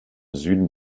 süden